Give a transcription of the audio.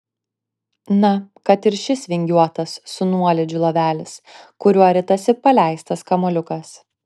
na kad ir šis vingiuotas su nuolydžiu lovelis kuriuo ritasi paleistas kamuoliukas